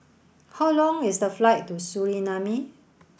how long is the flight to Suriname